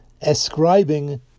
ascribing